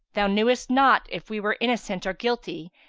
thou knewest not if we were innocent or guilty,